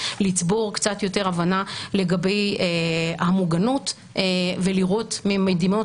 לצבור קצת יותר הבנה לגבי המוגנות ולראות ממדינות